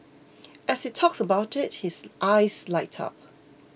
as he talks about it his eyes light up